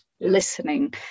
listening